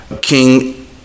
King